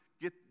get